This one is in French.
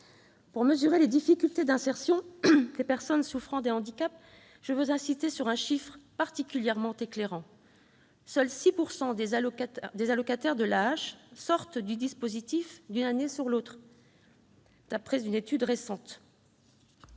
Pour mesurer les difficultés d'insertion des personnes souffrant d'un handicap, je veux insister sur un chiffre particulièrement éclairant : seuls 6 % des allocataires de l'AAH sortent du dispositif d'une année sur l'autre, d'après une étude récente.